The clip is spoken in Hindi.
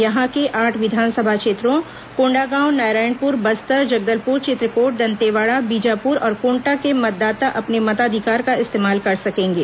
यहां के आठ विधानसभा क्षेत्रों कोंडागांव नारायणपुर बस्तर जगदलपुर चित्रकोट दंतेवाड़ा बीजापुर और कोंटा के मतदाता अपने मताधिकार का इस्तेमाल कर सकेंगे